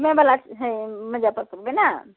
घूमै बला है मुजफ्फरपुरमे ने